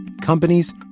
companies